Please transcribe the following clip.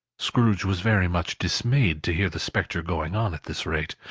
scrooge was very much dismayed to hear the spectre going on at this rate,